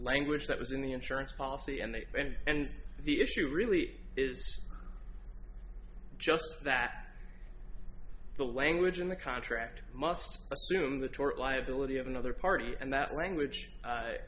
language that was in the insurance policy and they went and the issue really is just that the language in the contract must assume the tort liability of another party and that language i